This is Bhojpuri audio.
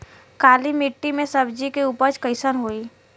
काली मिट्टी में सब्जी के उपज कइसन होई?